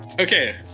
Okay